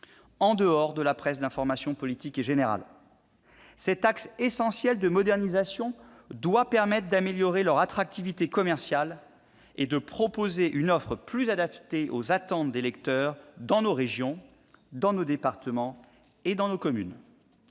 en dehors de la presse d'information politique et générale. Cet axe essentiel de modernisation doit permettre d'améliorer leur attractivité commerciale et de proposer une offre plus adaptée aux attentes des lecteurs dans nos régions, nos départements et nos communes.